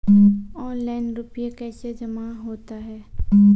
Online रुपये कैसे जमा होता हैं?